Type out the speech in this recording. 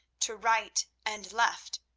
to right and left,